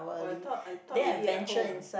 oh I thought I thought you eat at home